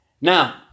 Now